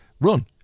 Run